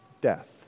death